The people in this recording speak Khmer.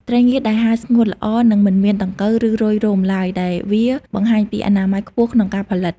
ត្រីងៀតដែលហាលស្ងួតល្អនឹងមិនមានដង្កូវ ឬរុយរោមឡើយ ដែលវាបង្ហាញពីអនាម័យខ្ពស់ក្នុងការផលិត។